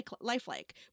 lifelike